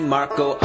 Marco